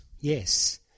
Yes